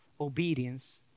obedience